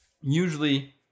usually